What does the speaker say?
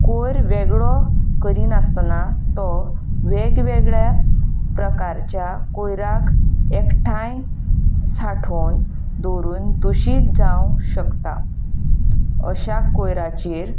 कयर वेगळो करिनासतना तो वेग वेगळ्या प्रकारच्या कयराक एकठांय साठोवन धरून दुशीत जावंक शकता अश्या कयराचेर